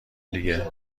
دیگه